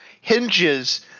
hinges